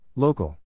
Local